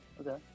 okay